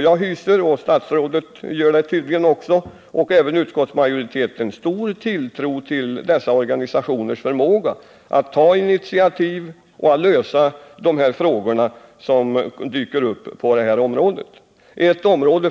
Jag hyser — statsrådet och utskottsmajoriteten gör det tydligen också — stor tilltro till dessa organisationers förmåga att ta initiativ och att lösa de frågor som dyker upp på ett område,